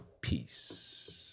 Peace